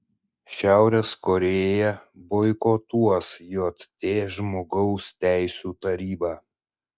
šiaurės korėja boikotuos jt žmogaus teisių tarybą